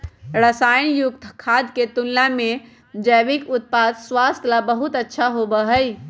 रसायन युक्त खाद्य के तुलना में जैविक उत्पाद स्वास्थ्य ला बहुत अच्छा होबा हई